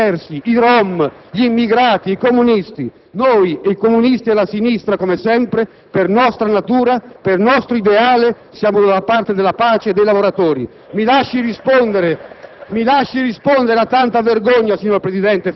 e come i nazisti di un tempo hanno in odio i diversi, i rom, gli immigrati, i comunisti. Noi, i comunisti e la sinistra, come sempre, per nostra natura, per nostro ideale, siamo dalla parte della pace e dei lavoratori *(Vivi, ironici*